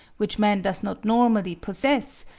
which man does not normally possess,